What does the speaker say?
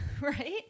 Right